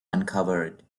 uncovered